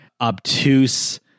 obtuse